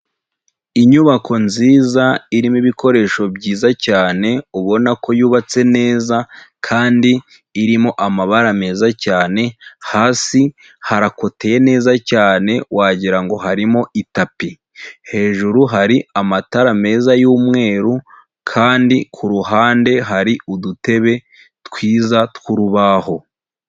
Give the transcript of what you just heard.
Inyubako nziza irimo ibikoresho byiza cyane, ubona ko yubatse neza kandi irimo amabara meza cyane, hasi harakoteye neza cyane wagira ngo harimo itapi, hejuru hari amatara meza y'umweru kandi ku ruhande hari udutebe twiza tw'urubaho.